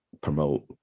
promote